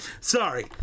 sorry